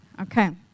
Okay